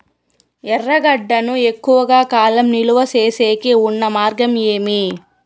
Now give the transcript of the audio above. ఎర్రగడ్డ ను ఎక్కువగా కాలం నిలువ సేసేకి ఉన్న మార్గం ఏమి?